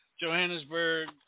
Johannesburg